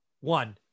One